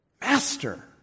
master